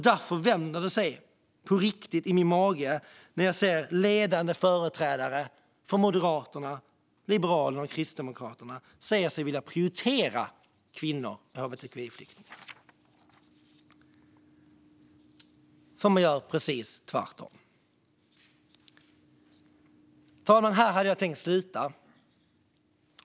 Därför vänder det sig på riktigt i min mage när jag hör ledande företrädare för Moderaterna, Liberalerna och Kristdemokraterna säga sig vilja prioritera kvinnor och hbtqi-flyktingar, för man gör precis tvärtom. Herr talman! Här hade jag tänkt sluta.